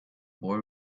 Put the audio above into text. boy